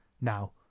Now